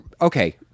okay